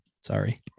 Sorry